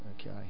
Okay